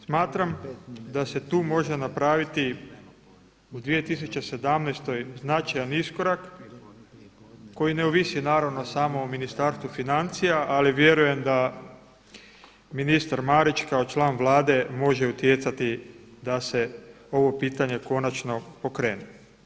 Smatram da se tu može napraviti u 2016. značajan iskorak koji ne ovisi naravno samo o Ministarstvu financija ali vjerujem da ministar Marić kao član Vlade može utjecati da se ovo pitanje konačno pokrene.